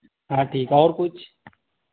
हाँ ठीक है और कुछ